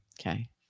Okay